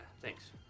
thanks